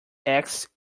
axe